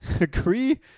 Agree